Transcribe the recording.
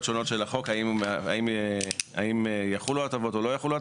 שונות של החוק האם יחולו ההטבות או לא.